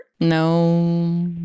No